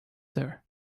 there